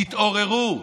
תתעוררו.